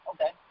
Okay